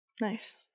Nice